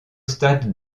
stade